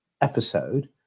episode